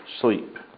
sleep